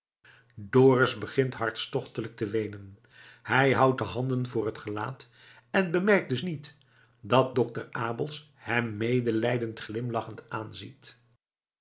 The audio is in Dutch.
dorus begint hartstochtelijk te weenen hij houdt de handen voor het gelaat en bemerkt dus niet dat dokter abels hem medelijdend glimlachend aanziet